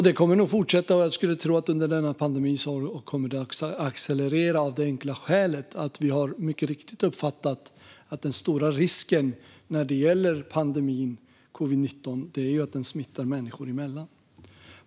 Det kommer nog att fortsätta, och jag skulle tro att det under denna pandemi kommer att accelerera av det enkla skälet att vi har uppfattat att den stora risken när det gäller covid-19 är att det smittar människor emellan.